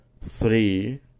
three